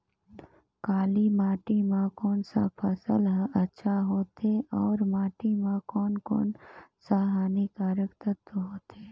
काली माटी मां कोन सा फसल ह अच्छा होथे अउर माटी म कोन कोन स हानिकारक तत्व होथे?